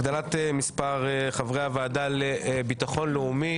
להגדלת מספר חברי הוועדה לביטחון לאומי